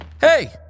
Hey